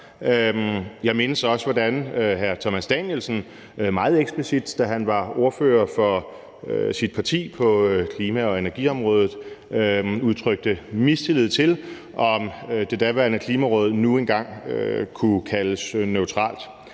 Jeg mindes også, hvordan hr. Thomas Danielsen meget eksplicit, da han var ordfører for sit parti på klima- og energiområdet, udtrykte mistillid, i forhold til om det daværende Klimaråd nu engang kunne kaldes neutralt.